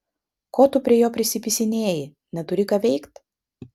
ko tu prie jo prisipisinėji neturi ką veikt